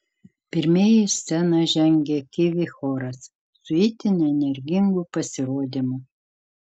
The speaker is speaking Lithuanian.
pirmieji į sceną žengė kivi choras su itin energingu pasirodymu